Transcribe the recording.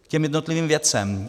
K těm jednotlivým věcem.